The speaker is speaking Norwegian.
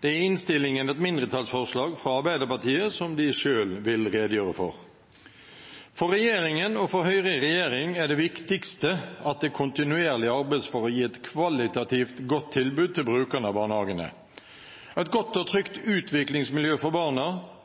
Det ligger i innstillingen et mindretallsforslag fra Arbeiderpartiet, som de selv vil redegjøre for. For regjeringen, og for Høyre i regjering, er det viktigste at det kontinuerlig arbeides for å gi et kvalitativt godt tilbud til brukerne av barnehagene: et godt og trygt utviklingsmiljø for barna,